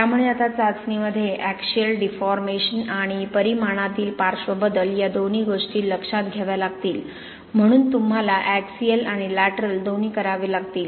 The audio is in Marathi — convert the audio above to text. त्यामुळे आता चाचणीमध्ये ऍक्सिअल डिफॉर्मेशन आणि परिमाणातील पार्श्व बदल या दोन्ही गोष्टी लक्षात घ्याव्या लागतील म्हणून तुम्हाला ऍक्सिअल आणि ल्याटरल दोन्ही करावे लागतील